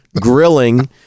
grilling